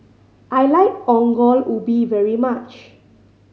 I like Ongol Ubi very much